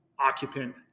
occupant